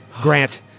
Grant